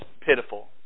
pitiful